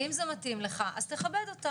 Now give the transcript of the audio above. אם מתאים לך תכבד,